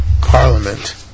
Parliament